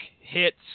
hits